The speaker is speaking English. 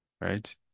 right